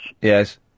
Yes